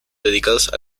dedicados